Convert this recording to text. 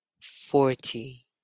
forty